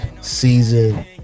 season